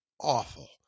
awful